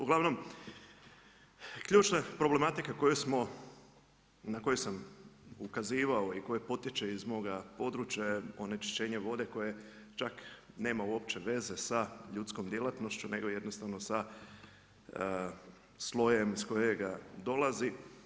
Uglavnom ključna problematika koju smo, na koju sam ukazivao i koja potječe iz moga područja je onečišćenje vode koje čak nema uopće veze sa ljudskom djelatnošću nego jednostavno sa slojem iz kojega dolazi.